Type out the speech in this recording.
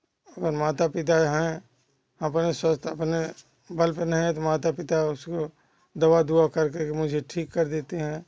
और माता पिता हैं अपने स्वस्थ्य अपने बल माता पिता उसको दवा दुआ कर के मुझे ठीक देते हैं